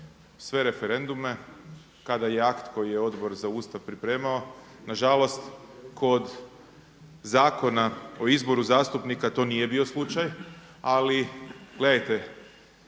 sve referendume kada je akt koji je Odbor za Ustav pripremao. Na žalost kod Zakona o izboru zastupnika to nije bio slučaj, ali gledajte